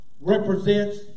represents